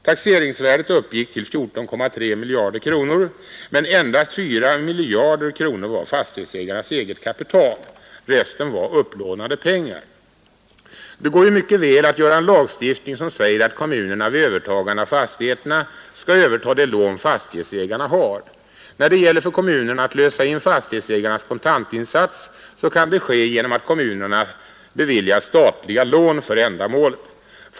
Taxeringsvärdet uppgick till 14,3 miljarder kronor, men endast 4 miljarder kronor var fastighetsägarnas eget kapital. Resten var upplånade pengar. Det går mycket väl att göra en lagstiftning, som säger att kommunerna vid övertagande av fastigheterna skall överta de lån fastighetsägarna har. Problemet hur kommunerna skall kunna lösa in fastighetsägarnas kontantinsats kan lösas genom att kommunerna beviljas statliga lån för ändamålet.